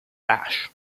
ash